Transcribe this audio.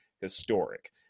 historic